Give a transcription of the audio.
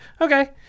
okay